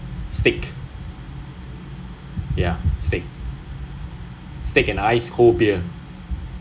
steak ya steak steak and ice cool beers